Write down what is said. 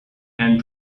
and